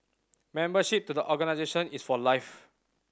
membership to the organisation is for life